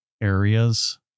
areas